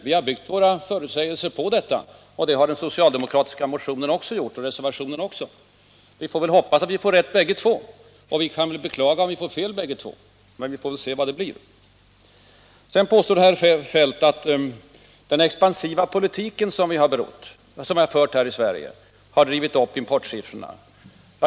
Vi har emellertid byggt våra förutsägelser på detta. Och det har även den socialdemokratiska motionen och reservationen gjort. Vi får väl hoppas att vi båda får rätt, och vi kan beklaga om vi båda får fel. Men vi får se hurdan prisutvecklingen blir. Herr Feldt påstår att den expansiva politik som förts här i Sverige har drivit upp importsiffrorna.